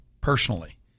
personally